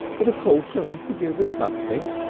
but of course you'll have to give them something.